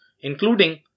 including